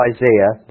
Isaiah